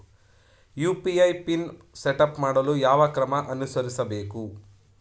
UPI PIN setup ಮಾಡಲು ಯಾವ ಕ್ರಮ ಅನುಸರಿಸಬೇಕು?